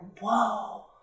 whoa